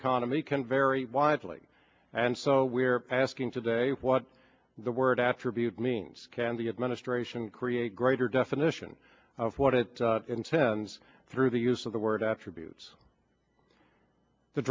economy can vary widely and so we're asking today what the word attribute means can the administration create greater definition of what it intends through the use of the word attributes t